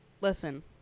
listen